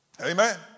Amen